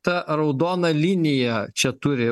ta raudona linija čia turi